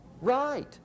right